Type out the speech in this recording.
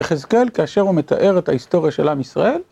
יחזקאל, כאשר הוא מתאר את ההיסטוריה של עם ישראל.